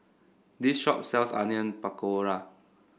this shop sells Onion Pakora